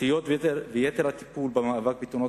התשתיות ויתר הטיפול במאבק בתאונות